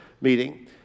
meeting